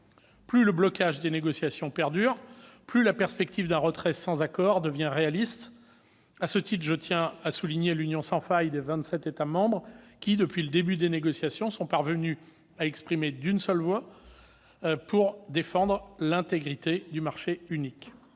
Plus le blocage des négociations perdure, plus la perspective d'un retrait sans accord devient réaliste. À ce titre, je tiens à souligner l'union sans faille des vingt-sept États membres, qui, depuis le début des négociations, sont parvenus à s'exprimer d'une seule voix pour défendre l'intégrité du marché unique.